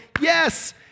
Yes